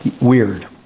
weird